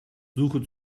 suche